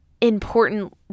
important